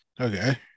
Okay